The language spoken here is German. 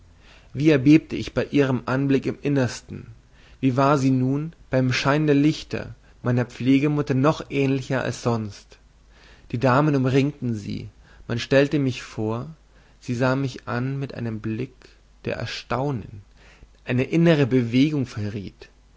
wie erbebte ich bei ihrem anblick im innersten wie war sie nun beim schein der lichter meiner pflegemutter noch ähnlicher als sonst die damen umringten sie man stellte mich vor sie sah mich an mit einem blick der erstaunen eine innere bewegung verriet